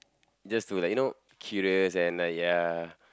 just to like you know curious and you know ya